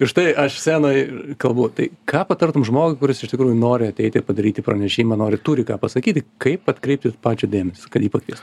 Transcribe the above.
ir štai aš scenoj kalbu tai ką patartum žmogui kuris iš tikrųjų nori ateiti ir padaryti pranešimą nori turi ką pasakyti kaip atkreipti pačio dėmesį kad jį pakviestum